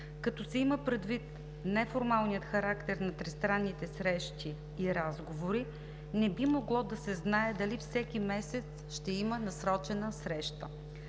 Като се има предвид неформалния характер на тристранните срещи и разговори, не би могло да се знае дали всеки месец ще има насрочена среща.